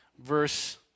Verse